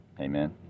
Amen